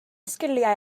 sgiliau